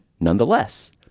nonetheless